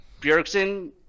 bjergsen